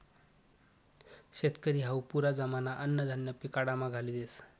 शेतकरी हावू पुरा जमाना अन्नधान्य पिकाडामा घाली देस